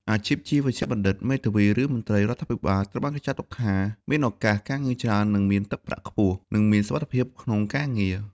អាជីពជាវេជ្ជបណ្ឌិត មេធាវី ឬមន្ត្រីរដ្ឋាភិបាល ត្រូវបានគេចាត់ទុកថាមានឱកាសការងារច្រើន និងមានទឹកប្រាក់ខ្ពស់ និងមានសុវត្ថិភាពក្នុងការងារ។។